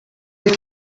that